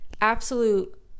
absolute